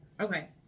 Okay